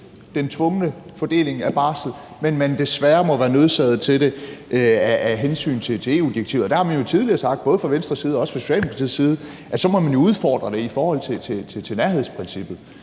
den tvungne fordeling af barsel, men at man desværre må være nødsaget til det af hensyn til EU-direktivet. Der har man jo tidligere sagt – både fra Venstres side og også fra Socialdemokratiets side – at så må man jo udfordre det i forhold til nærhedsprincippet.